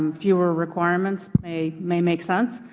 fewer requirements may may make sense.